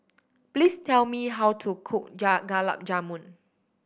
please tell me how to cook Gulab Jamun